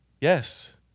Yes